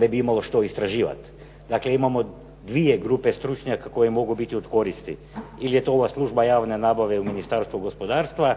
ne bi imalo što istraživati. Dakle, imamo dvije grupe stručnjaka koje mogu biti od koristi. Ili je to ova služba javne nabave u Ministarstvu gospodarstva